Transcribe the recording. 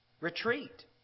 retreat